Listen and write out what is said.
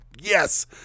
Yes